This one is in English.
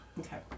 Okay